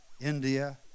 India